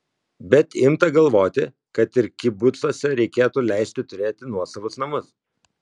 bet imta galvoti kad ir kibucuose reikėtų leisti turėti nuosavus namus